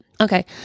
Okay